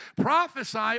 prophesy